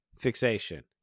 fixation